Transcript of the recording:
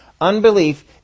Unbelief